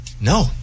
No